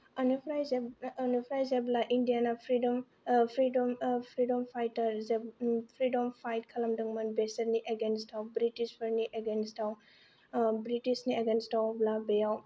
ओनिफ्राय जों ओनिफ्राय जेब्ला इण्डियाना फ्रिदम फ्रिदम फायतार जों फ्रिदम फायत खालामदोंमोन बिसोरनि एगेनस्ताव ब्रिटिशफोरनि एगेनस्ताव ब्रिटिशनि एगेनस्त दङब्ला बेयाव